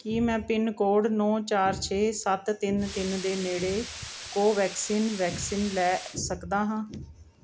ਕੀ ਮੈਂ ਪਿੰਨਕੋਡ ਨੌ ਚਾਰ ਛੇ ਸੱਤ ਤਿੰਨ ਤਿੰਨ ਦੇ ਨੇੜੇ ਕੋਵੈਕਸਿਨ ਵੈਕਸੀਨ ਲੈ ਸਕਦਾ ਹਾਂ